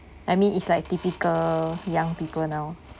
I mean it's like typical young people now